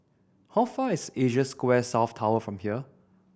how far is Asia Square South Tower from here